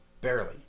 Barely